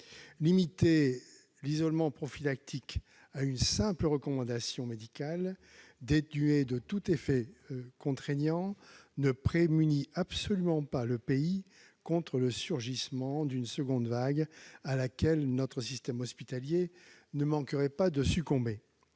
Limiter l'isolement prophylactique à une simple recommandation médicale dénuée de tout effet contraignant ne prémunit absolument pas le pays contre le surgissement d'une seconde vague épidémique, à laquelle notre système hospitalier ne manquerait pas de succomber.